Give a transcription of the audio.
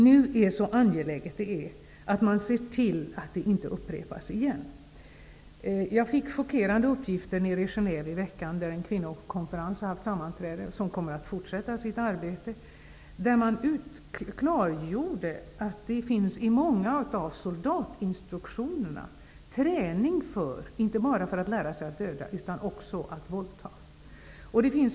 Nu är det angeläget att man ser till att det inte upprepas igen. Jag fick chockerande uppgifter i Genève i veckan. En kvinnokonferens har haft sammanträde där, och den kommer att fortsätta sitt arbete. Där klargjordes att det i många av soldatinstruktionerna finns träning inte bara för att döda, utan också för att våldta.